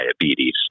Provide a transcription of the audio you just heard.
diabetes